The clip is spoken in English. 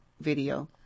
video